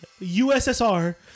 USSR